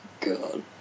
God